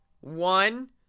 one